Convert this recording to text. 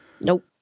Nope